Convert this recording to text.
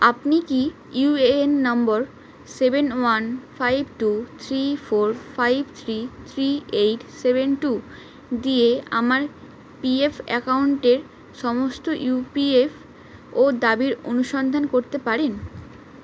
আপনি কি U A N number seven one five two three four five three three eight seven two দিয়ে আমার P F অ্যাকাউন্টের সমস্ত ইউ পি এফ ও দাবির অনুসন্ধান করতে পারেন